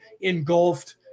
engulfed